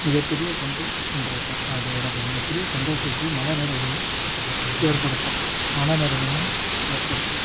மிகப்பெரிய கொண்டு சென்றிருக்கும் அது எனக்கு மிகப்பெரிய சந்தோஷத்தையும் மன நிறைவையும் ஏற்படுத்தும் மனநிறைவையும் ஏற்படுத்தும்